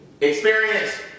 experience